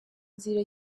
nzira